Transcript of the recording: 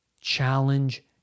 Challenge